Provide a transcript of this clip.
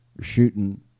shooting